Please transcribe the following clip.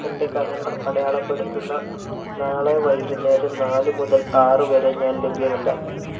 എന്റെ കലണ്ടർ അടയാളപ്പെടുത്തുന്നത് നാളെ വൈകുന്നേരം നാല് മുതൽ ആറ് വരെ ഞാൻ ലഭ്യമല്ല